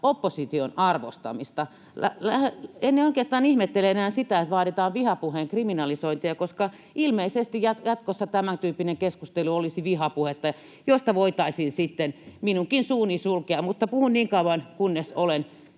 opposition arvostamista? En oikeastaan ihmettele enää sitä, että vaaditaan vihapuheen kriminalisointia, koska ilmeisesti jatkossa tämäntyyppinen keskustelu olisi vihapuhetta, josta voitaisiin sitten minunkin suuni sulkea, mutta puhun niin kauan, kunnes olen